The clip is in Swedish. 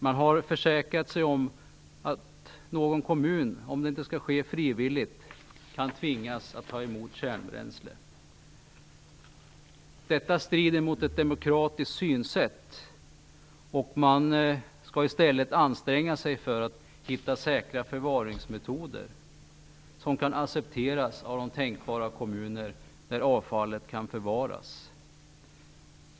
Man har försäkrat sig om att någon kommun, om det inte kan ske frivilligt, kan tvingas att ta emot kärnbränsle. Detta strider mot ett demokratiskt synsätt. Man skall i stället anstränga sig för att hitta säkra förvaringsmetoder som kan accepteras av de tänkbara kommuner där avfallet kan förvaras.